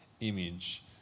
image